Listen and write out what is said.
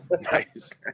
Nice